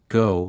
go